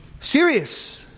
Serious